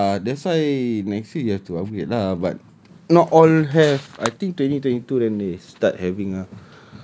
ya lah that's why next week you have to upgrade lah but not all have I think twenty twenty two then they start having ah